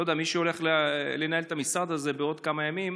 אני לא יודע מי הולך לנהל את המשרד הזה בעוד כמה ימים: